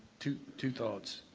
two two thoughts.